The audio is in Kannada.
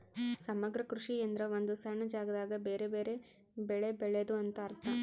ಸಮಗ್ರ ಕೃಷಿ ಎಂದ್ರ ಒಂದು ಸಣ್ಣ ಜಾಗದಾಗ ಬೆರೆ ಬೆರೆ ಬೆಳೆ ಬೆಳೆದು ಅಂತ ಅರ್ಥ